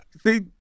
See